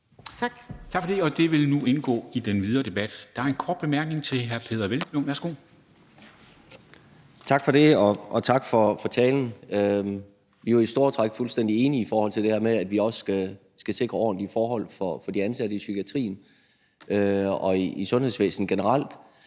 Det vil nu indgå i den videre debat. Der er en kort bemærkning til hr. Peder Hvelplund. Værsgo. Kl. 10:28 Peder Hvelplund (EL): Tak for det, og tak for talen. Vi er jo i store træk fuldstændig enige i det her med, at vi også skal sikre ordentlige forhold for de ansatte i psykiatrien og i sundhedsvæsenet generelt.